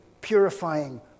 purifying